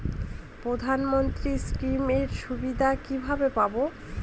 প্রধানমন্ত্রী স্কীম এর সুবিধা কিভাবে পাবো?